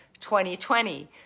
2020